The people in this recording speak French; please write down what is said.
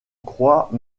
croit